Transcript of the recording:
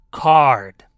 card